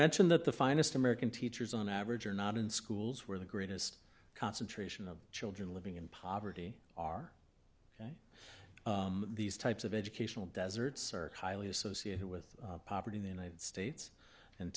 mentioned that the finest american teachers on average are not in schools where the greatest concentration of children living in poverty are ok these types of educational deserts are highly associated with poverty in the united states